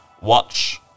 watch